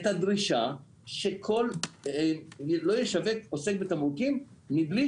את הדרישה שלא ישווק עוסק בתמרוקים מבלי